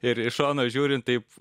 ir iš šono žiūrint taip